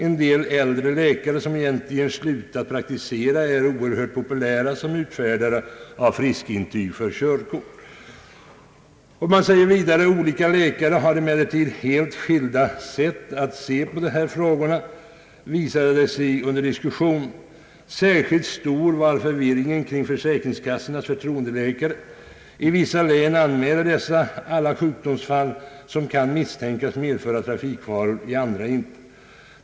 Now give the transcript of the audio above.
En del äldre läkare, som egentligen slutat praktisera, är oerhört populära som utfärdare av friskintyg för körkort.» I referatet sägs vidare: »Olika läkare har emellertid helt skilda sätt att se på de här frågorna, visade det sig under diskussionen. Särskilt stor var förvirringen kring försäkringskassans förtroendeläkare. I vissa län anmäler dessa alla sjukdomsfall som kan misstänkas medföra trafikfaror, i andra inte.